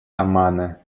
омана